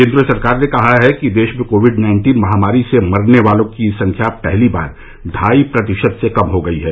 केन्द्र सरकार ने कहा है कि देश में कोविड नाइन्टीन महामारी से मरने वालों की संख्या पहली बार ढाई प्रतिशत से कम हो गई है